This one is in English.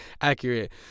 accurate